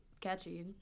catchy